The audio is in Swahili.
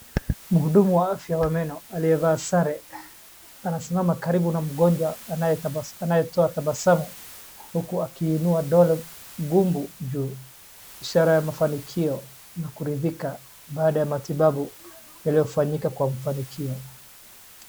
Mhudumu wa afya wa meno aliyevaa sare anasimama karibu na mgonjwa anayetoa tabasamu huku akiinua dole gumba juu, ishara ya mafanikio na kuridhika baada ya matibabu yaliyofanyika kwa mafanikio.